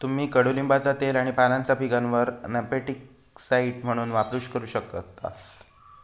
तुम्ही कडुलिंबाचा तेल आणि पानांचा पिकांवर नेमॅटिकसाइड म्हणून वापर करू शकतास